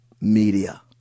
media